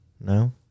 No